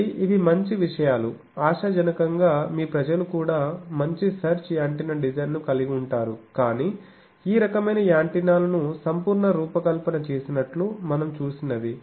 కాబట్టి ఇవి మంచి విషయాలు ఆశాజనకంగా మీ ప్రజలు కూడా మంచి సెర్చ్ యాంటెన్నా డిజైన్ను కలిగి ఉంటారు కాని ఈ రకమైన యాంటెన్నాలను సంపూర్ణ రూపకల్పన చేసినట్లు మనం చూసినవి